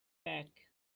pack